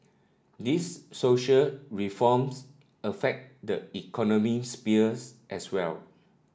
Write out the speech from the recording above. these social reforms affect the economic spheres as well